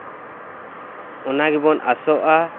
ᱚᱱᱟ ᱜᱮᱵᱚᱱ ᱟᱥᱚᱜᱼᱟ